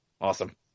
Awesome